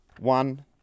One